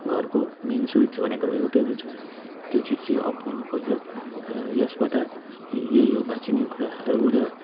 घरको main switch भनेको एउटै हुन्छ त्यो चिज चाहिँ अफ गर्नुपर्छ र यसबाट य यही हो बाँचिने कुराहरू र